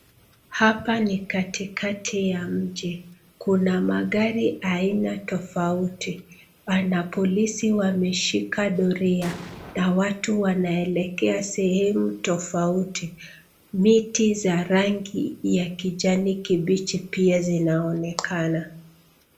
Hapa ni katikati ya mji. Kuna magari aina tofauti. Pana polisi wameshika doria na watu wanaelekea sehemu tofauti. Miti za rangi ya kijani kibichi pia zinaonekana.